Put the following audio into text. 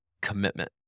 commitment